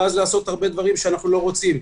ואז לעשות הרבה דברים שאנחנו לא רוצים,